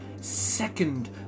second